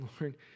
Lord